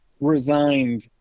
resigned